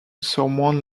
someone